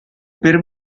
per